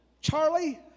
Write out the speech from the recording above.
Charlie